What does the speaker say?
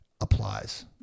applies